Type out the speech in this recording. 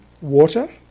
water